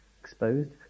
Exposed